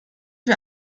wir